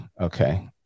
Okay